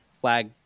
flag